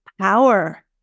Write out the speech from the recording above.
power